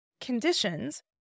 conditions